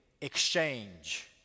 exchange